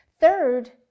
Third